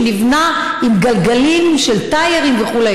שנבנה עם גלגלים של טיירים וכו'.